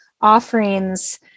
offerings